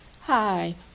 hi